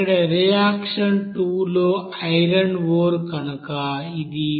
ఇక్కడ రియాక్షన్ 2 లో iron ore కనుక ఇది 4